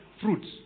fruits